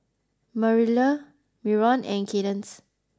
Marilla Myron and Kaydence